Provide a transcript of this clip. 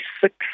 six